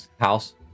house